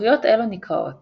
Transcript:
שלפוחיות אלו נקראות